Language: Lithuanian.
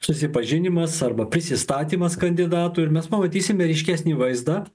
susipažinimas arba prisistatymas kandidatų ir mes pamatysime ryškesnį vaizdą